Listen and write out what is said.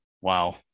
Wow